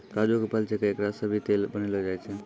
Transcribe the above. काजू के फल छैके एकरा सॅ भी तेल बनैलो जाय छै